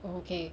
okay